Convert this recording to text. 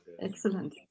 Excellent